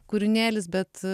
kūrinėlis bet